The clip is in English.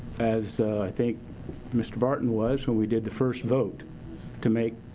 as i think mr. barton was when we did the first vote to make